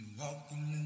walking